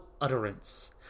utterance